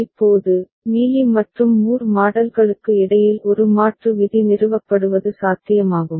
இப்போது மீலி மற்றும் மூர் மாடல்களுக்கு இடையில் ஒரு மாற்று விதி நிறுவப்படுவது சாத்தியமாகும்